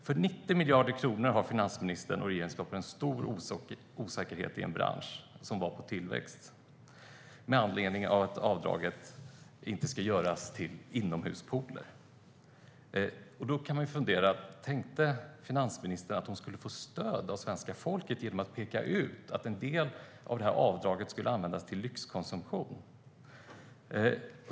För 90 miljoner kronor har finansministern och regeringen skapat en stor osäkerhet i en bransch som var på tillväxt, och detta med anledning av att avdraget inte ska göras för inomhuspooler. Då kan man fundera: Tänkte finansministern att hon skulle få stöd av svenska folket genom att peka ut att en del av avdraget skulle användas till lyxkonsumtion?